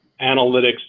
analytics